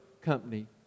Company